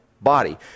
body